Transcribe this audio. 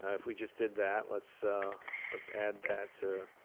ah if we just did that, let's let's add that to